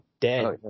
dead